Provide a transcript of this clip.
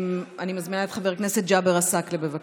אני מזמינה את חבר הכנסת ג'אבר עסאקלה, בבקשה.